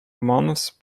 months